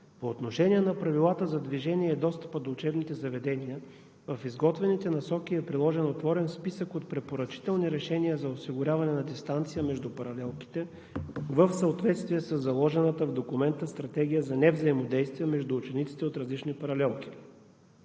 По отношение на Правилата за движение и достъпа до учебните заведения в изготвените насоки е приложен отворен списък от препоръчителни решения за осигуряване на дистанция между паралелките в съответствие със заложената в документа Стратегия за невзаимодействие между учениците от различни паралелки.